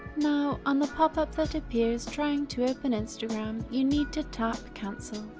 now on the popup that appears trying to open instagram, you need to tap cancel.